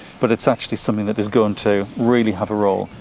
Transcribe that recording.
but it's actually something that is going to really have a role,